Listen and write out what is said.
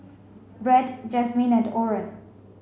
Bret Jasmin and Oren